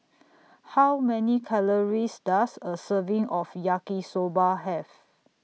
How Many Calories Does A Serving of Yaki Soba Have